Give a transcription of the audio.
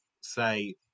say